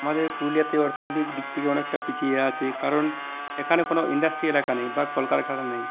আমাদের পুরুলিয়াতে অর্থনৈতিক দিক দিক থেকে অনেকটা পিছিয়ে আছে কারণ এখানে কোনো ইন্ডাস্ট্রি এলাকা নেই বা কল কারখানা নেই